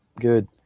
Good